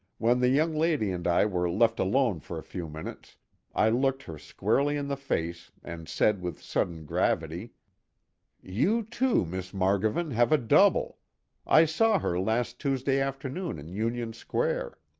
when the young lady and i were left alone for a few minutes i looked her squarely in the face and said with sudden gravity you, too, miss margovan, have a double i saw her last tuesday afternoon in union square.